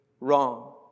wrong